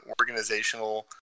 organizational